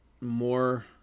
more